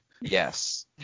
Yes